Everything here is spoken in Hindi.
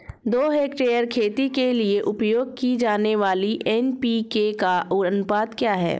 दो हेक्टेयर खेती के लिए उपयोग की जाने वाली एन.पी.के का अनुपात क्या है?